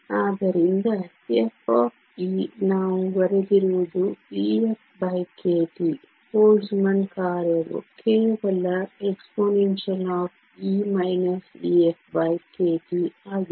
ಆದ್ದರಿಂದ ಎಫ್ಇ ನಾವು ಬರೆದಿರುವುದು EFkT ಬೋಲ್ಟ್ಜ್ಮನ್ ಕಾರ್ಯವು ಕೇವಲ expE EFkT ಆಗಿದೆ